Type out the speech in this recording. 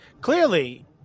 clearly